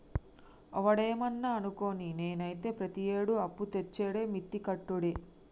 ఒవడేమన్నా అనుకోని, నేనైతే ప్రతియేడూ అప్పుతెచ్చుడే మిత్తి కట్టుడే